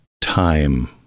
time